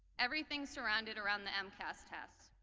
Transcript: everything surrounded around the m cast test.